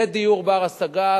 זה דיור בר-השגה,